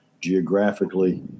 geographically